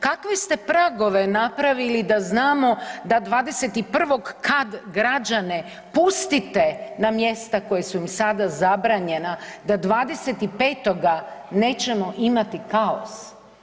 Kakve ste pragove napravili da znamo da 21. kad građane pustite na mjesta koja su im sada zabranjena da 25. nećemo imati kaos?